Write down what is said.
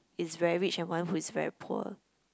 is very rich and one who is very poor